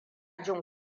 jin